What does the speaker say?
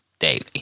daily